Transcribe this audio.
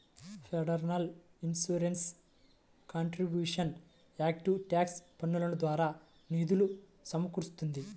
federal insurance contributions act tax పన్నుల ద్వారా నిధులు సమకూరుస్తుంది